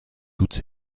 toutes